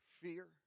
fear